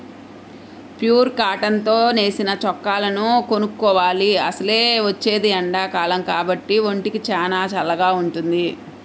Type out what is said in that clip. pure cotton తో నేసిన చొక్కాలను కొనుక్కోవాలి, అసలే వచ్చేది ఎండాకాలం కాబట్టి ఒంటికి చానా చల్లగా వుంటది